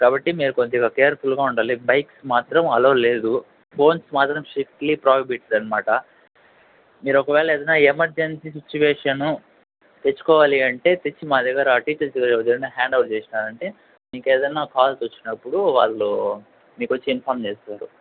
కాబట్టి మీరు కొద్దిగా కేర్ఫుల్గా ఉండాలి బైక్స్ మాత్రం అల్లౌ లేదు ఫోన్స్ మాత్రం స్ట్రిక్ట్లీ ప్రొహిబిటెడ్ అన్నమాట మీరు ఒకవేళ ఏదైనా ఎమర్జెన్సీ సిట్యుయేషన్ తెచ్చుకోవాలి అంటే తెచ్చి మా దగ్గర టీచర్స్ దగ్గర హ్యాండోవర్ చేసినారంటే మీకు ఏదన్నా కాల్స్ వచ్చినప్పుడు వాళ్ళు మీకు వచ్చి ఇన్ఫోర్మ్ చేస్తారు